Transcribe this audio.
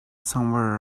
somewhere